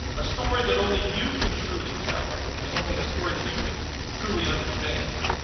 a story that only you can truly tell and and only a story that you can truly understand.